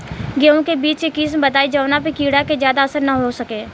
गेहूं के बीज के किस्म बताई जवना पर कीड़ा के ज्यादा असर न हो सके?